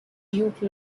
duke